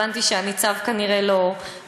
הבנתי שכנראה הניצב לא רלוונטי,